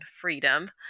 freedom